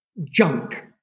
Junk